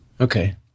Okay